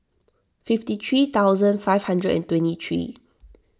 fifty three thousand five hundred and twenty three